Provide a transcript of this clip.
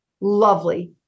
lovely